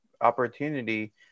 opportunity